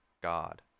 god